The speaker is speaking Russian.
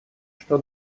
что